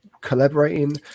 collaborating